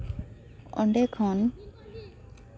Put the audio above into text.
ᱚᱸᱰᱮ ᱠᱷᱚᱱ